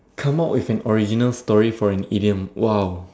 come out with an original story for an idiom !wow!